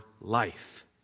life